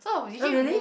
oh really